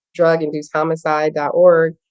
druginducedhomicide.org